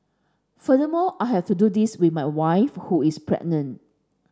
furthermore I have to do this with my wife who is pregnant